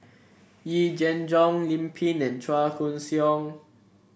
Yee Jenn Jong Lim Pin and Chua Koon Siong